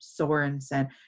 Sorensen